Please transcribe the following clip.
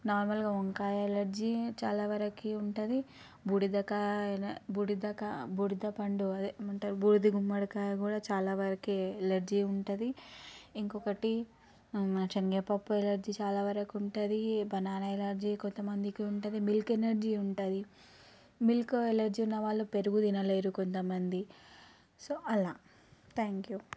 నార్మల్గా వంకాయ ఎలర్జీ చాలా వరకు ఉంటుంది బూడిదకాయ బూడిదక బూడిద పండు అదే ఏమంటారు బూడిద గుమ్మడికాయ కూడా చాలా వరకు ఎలర్జీ ఉంటుంది ఇంకొకటి శనగపప్పు ఎలర్జీ చాలా వరకు ఉంటది బనానా ఎలర్జీ కొంత మందికి ఉంటుంది మిల్క్ ఎలర్జీ ఉంటుంది మిల్క్ ఎలర్జీ ఉన్నవాళ్ళు పెరుగు తినలేరు కొంత మంది సో అలా థ్యాంక్ యూ